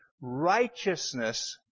Righteousness